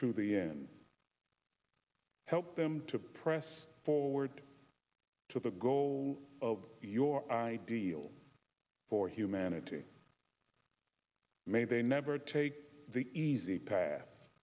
to the end and help them to press forward to the goal of your ideal for humanity may they never take the easy pa